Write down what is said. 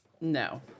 No